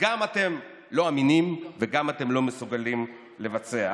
אתם גם לא אמינים ואתם גם לא מסוגלים לבצע.